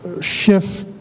shift